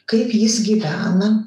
kaip jis gyvena